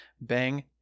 Bang